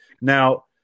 now